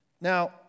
Now